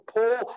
Paul